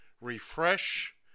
refresh